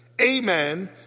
Amen